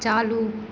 चालू